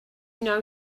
know